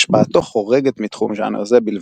השפעתו חורגת מתחום ז'אנר זה בלבד.